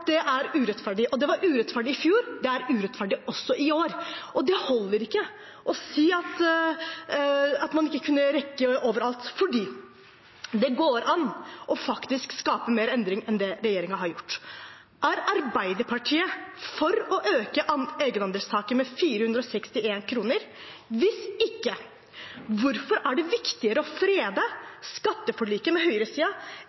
det er urettferdig. Det var urettferdig i fjor, og det er urettferdig også i år. Det holder ikke å si at man ikke kunne rekke over alt, for det går an å skape mer endring enn det regjeringen har gjort. Er Arbeiderpartiet for å øke egenandelstaket med 461 kr? Hvis ikke: Hvorfor er det viktigere å